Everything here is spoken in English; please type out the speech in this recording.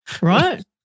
Right